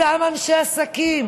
אותם אנשי עסקים,